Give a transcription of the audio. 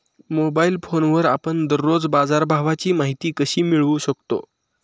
Mobile फोनवर आपण दररोज बाजारभावाची माहिती कशी मिळवू शकतो?